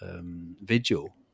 vigil